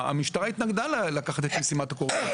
המשטרה התנגדה לקחת את משימת הקורונה,